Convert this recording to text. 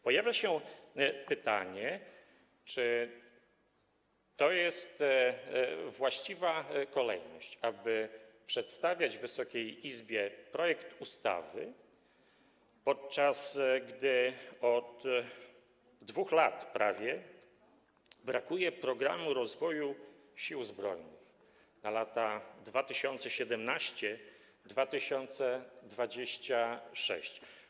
Pojawia się pytanie, czy jest to właściwa kolejność, aby przedstawiać Wysokiej Izbie projekt ustawy, podczas gdy od prawie 2 lat brakuje „Programu rozwoju Sił Zbrojnych na lata 2017-2026”